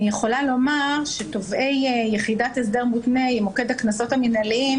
אני יכולה לומר שתובעי יחידת הסדר מותנה ומוקד הקנסות המינהליים